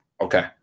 okay